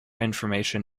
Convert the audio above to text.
information